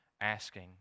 asking